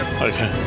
Okay